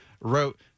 wrote